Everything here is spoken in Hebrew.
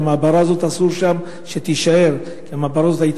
אסור שהמעברה הזאת תישאר שם,